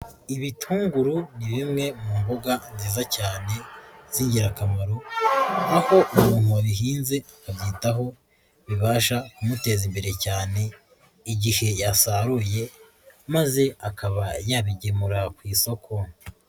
Ibitunguru ni bimwe mu mboga nziza cyane z'ingirakamaro aho umuntu wabihinze abyitaho bibasha kumuteza imbere cyane igihe yasaruye maze akaba yabigemura ku isoko.